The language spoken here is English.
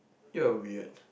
you are weird